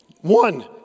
One